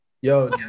Yo